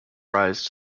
rise